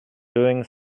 doing